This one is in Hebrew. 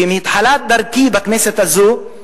ומתחילת דרכי בכנסת הזאת,